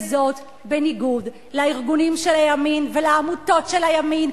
וזאת בניגוד לארגונים של הימין ולעמותות של הימין,